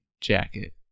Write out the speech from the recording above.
jacket